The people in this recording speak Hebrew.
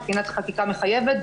מבחינת חקיקה מחייבת,